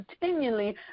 continually